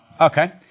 Okay